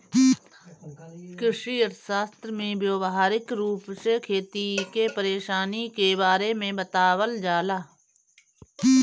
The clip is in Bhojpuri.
कृषि अर्थशास्त्र में व्यावहारिक रूप से खेती के परेशानी के बारे में बतावल जाला